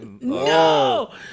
no